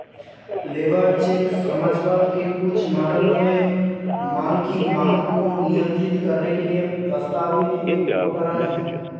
labour cheque समाजवाद के कुछ मॉडलों में माल की मांग को नियंत्रित करने के लिए प्रस्तावित एक उपकरण है